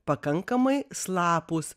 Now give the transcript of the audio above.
pakankamai slapūs